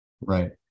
right